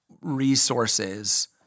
resources